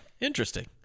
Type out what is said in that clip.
interesting